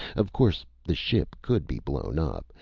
of course the ship could be blown up.